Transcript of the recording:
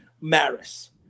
maris